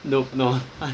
nope no